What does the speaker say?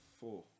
Four